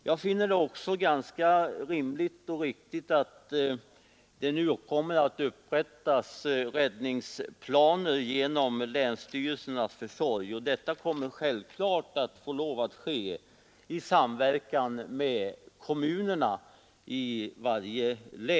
Jag finner det också riktigt att räddningsplaner nu kommer att upprättas genom länsstyrelsernas försorg. Detta skall självfallet ske i Nr 146 samverkan med kommunerna i varje län.